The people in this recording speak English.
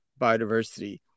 biodiversity